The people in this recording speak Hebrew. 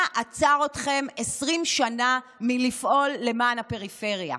מה עצר אתכם 20 שנה מלפעול למען הפריפריה?